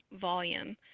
volume